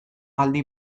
aldi